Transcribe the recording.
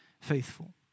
faithful